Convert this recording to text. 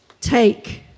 take